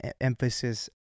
emphasis